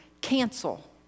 cancel